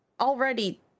Already